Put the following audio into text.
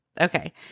Okay